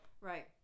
Right